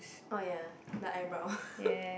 oh ya the eyebrow